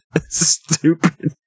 Stupid